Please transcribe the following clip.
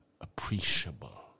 appreciable